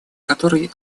который